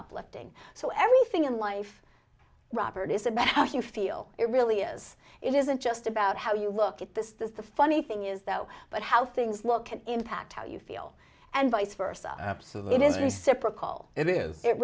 uplifting so everything in life robert is about how you feel it really is it isn't just about how you look at this is the funny thing is though but how things look can impact how you feel and vice versa absolutely it is